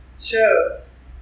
shows